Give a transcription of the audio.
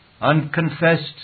Unconfessed